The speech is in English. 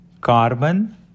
carbon